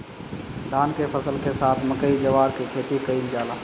धान के फसल के साथे मकई, जवार के खेती कईल जाला